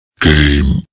game